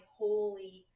holy